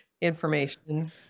information